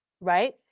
right